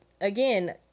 again